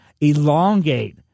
elongate